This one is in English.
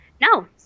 No